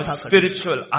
spiritual